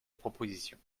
proposition